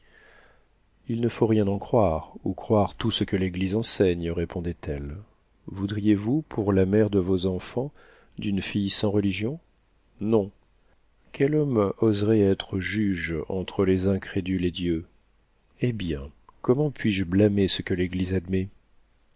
il ne faut rien croire ou croire tout ce que l'église enseigne répondit-elle voudriez-vous pour la mère de vos enfants d'une fille sans religion non quel homme oserait être juge entre les incrédules et dieu eh bien comment puis-je blâmer ce que l'église